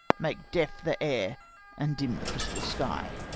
make deaf the air and dim the crystal sky.